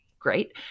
great